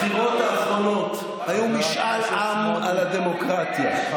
הבחירות האחרונות היו משאל עם על הדמוקרטיה,